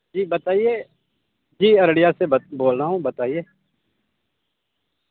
جی بتائیے جی ارڈیا سے بول رہا ہوں بتائیے